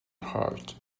heart